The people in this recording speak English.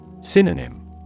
Synonym